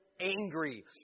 angry